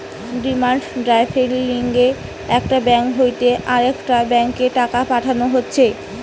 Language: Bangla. ডিমান্ড ড্রাফট লিয়ে একটা ব্যাঙ্ক হইতে আরেকটা ব্যাংকে টাকা পাঠানো হতিছে